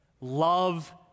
Love